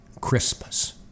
Christmas